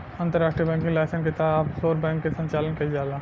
अंतर्राष्ट्रीय banking licence के तहत ऑफशोर बैंक के संचालन कईल जाला